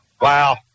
Wow